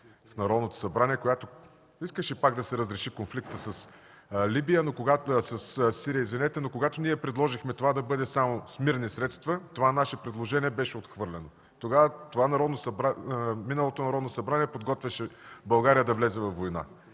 в Народното събрание, която искаше пак да се разреши конфликтът със Сирия, но когато ние предложихме това да бъде само с мирни средства, нашето предложение беше отхвърлено. Тогава миналото Народно събрание подготвяше България да влезе във война,